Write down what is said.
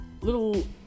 little